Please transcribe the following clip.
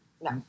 No